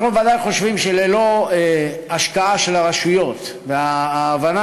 אנחנו ודאי חושבים שללא השקעה של הרשויות וההבנה